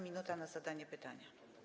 Minuta na zadanie pytania.